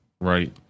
Right